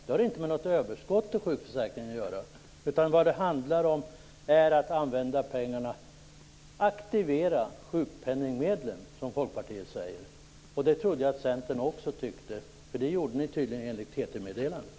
Det har inte att göra med något överskott i sjukförsäkringen. Det handlar i stället om att använda pengarna och aktivera sjukpenningmedlen, som Folkpartiet säger. Det trodde jag att Centern också tyckte, eftersom man enligt TT-meddelandet tydligen gjorde det.